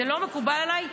זה לא מקובל עליי,